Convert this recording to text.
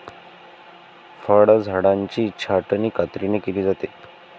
फळझाडांची छाटणी कात्रीने केली जाते